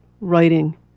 writing